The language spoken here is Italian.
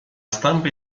stampa